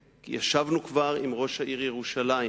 ישבנו כבר עם ראש העיר ירושלים